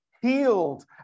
healed